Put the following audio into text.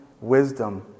wisdom